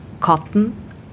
cotton